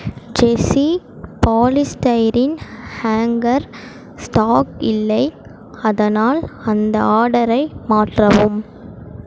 ஜெஸி polystyrene hanger stock இல்லை அதனால் அந்த ஆர்டரை மாற்றவும்